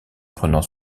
prenant